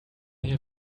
here